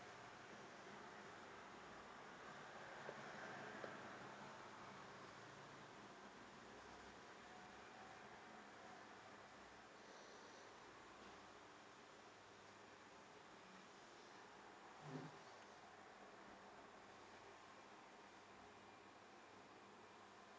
hor